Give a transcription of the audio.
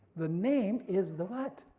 the name is the but